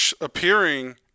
appearing